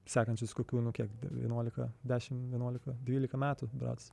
sakančius kokių nu kiek vienuolika dešimt vienuolika dvylika metų berods